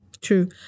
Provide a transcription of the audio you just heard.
True